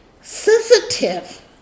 sensitive